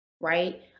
right